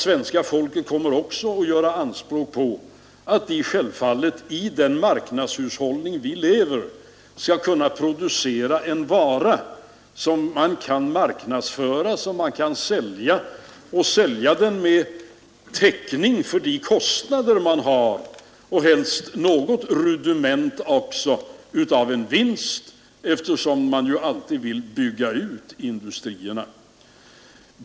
Svenska folket kommer att göra anspråk på att dessa nya industrier i den marknadshushållning som vi har skall kunna producera en vara som kan marknadsföras och säljas med täckning för kostnaderna och helst också ge något rudiment av vinst, eftersom man alltid vill bygga ut industrierna.